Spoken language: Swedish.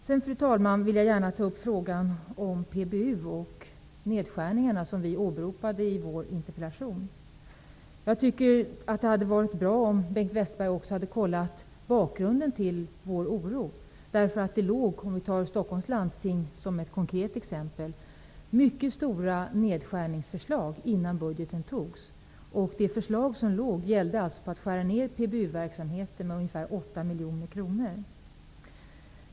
Sedan, fru talman, vill jag gärna ta upp frågan om PBU och nedskärningarna som vi åberopade i vår interpellation. Jag tycker att det hade varit bra om Bengt Westerberg också hade kollat bakgrunden till vår oro. I Stockholms landsting, för att ta ett konkret exempel, förelåg förslag om mycket stora nedskärningar innan budgeten antogs. Det gällde nedskärningar i PBU-verksamheten med ungefär 8 miljoner kronor.